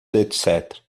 etc